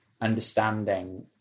understanding